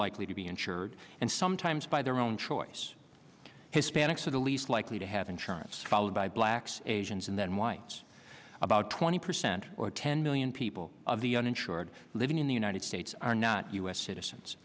likely to be insured and sometimes by their own choice hispanics are the least likely to have insurance followed by blacks asians and then whites about twenty percent or ten million people of the uninsured living in the united states are not u s citizens